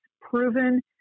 proven